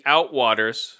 Outwaters